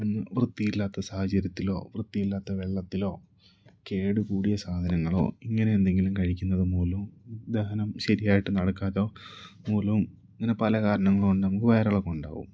ഒന്ന് വൃത്തിയില്ലാത്ത സാഹചര്യത്തിലോ വൃത്തിയില്ലാത്ത വെള്ളത്തിലോ കേടു കൂടിയ സാധനങ്ങളോ ഇങ്ങനെ എന്തെങ്കിലും കഴിക്കുന്നത് മൂലം ദഹനം ശരിയായിട്ട് നടക്കാതോ മൂലം ഇങ്ങനെ പല കാരണങ്ങളും കൊണ്ട് നമുക്ക് വയറിളക്കം ഉണ്ടാവും